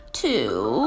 two